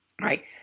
right